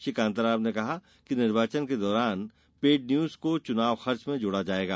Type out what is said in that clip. श्री कान्ता राव ने कहा है कि निर्वाचन के दौरान पेड न्यूज को चुनाव खर्च में जोड़ा जायेगा